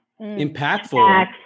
Impactful